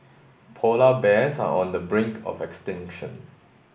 polar bears are on the brink of extinction